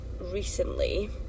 recently